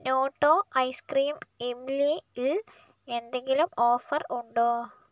നോട്ടോ ice cream ഇംലിൽ എന്തെങ്കിലും offer ഉണ്ടോ